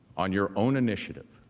on your own initiative.